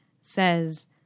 says